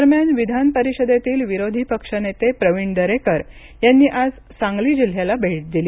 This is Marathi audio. दरम्यान विधान परिषदेतील विरोधी पक्षनेते प्रवीण दरेकर यांनी आज सांगली जिल्ह्याला भेट दिली